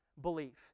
belief